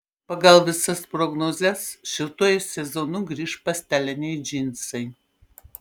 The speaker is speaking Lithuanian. pagal visas prognozes šiltuoju sezonu grįš pasteliniai džinsai